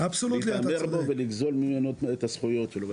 להתעמר בו ולגזול ממנו את הזכויות שלו.